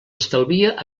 estalvia